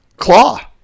claw